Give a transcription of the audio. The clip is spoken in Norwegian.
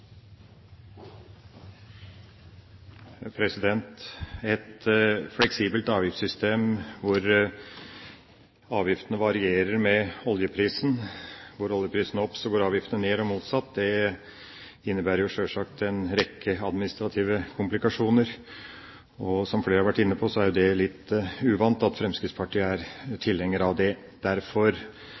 Et fleksibelt avgiftssystem hvor avgiftene varierer med oljeprisen – går oljeprisen opp, går avgiftene ned og motsatt – innebærer sjølsagt en rekke administrative komplikasjoner, og som flere har vært inne på, så er jo det litt uvant at Fremskrittspartiet er tilhenger av det. Derfor